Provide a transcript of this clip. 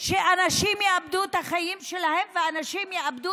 שאנשים יאבדו את החיים שלהם ואנשים יאבדו